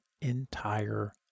entire